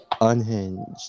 Unhinged